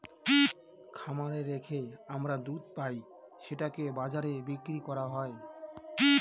খামারে রেখে আমরা দুধ পাই সেটাকে বাজারে বিক্রি করা হয়